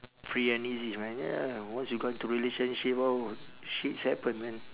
free and easy man ya once you got into relationship oh shits happens man